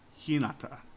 Hinata